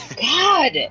God